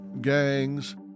gangs